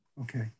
Okay